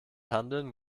handeln